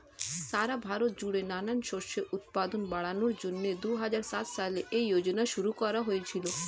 সারা ভারত জুড়ে নানান শস্যের উৎপাদন বাড়ানোর জন্যে দুহাজার সাত সালে এই যোজনা শুরু করা হয়েছিল